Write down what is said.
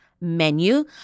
menu